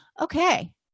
okay